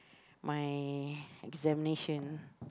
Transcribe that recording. my examination